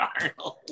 Arnold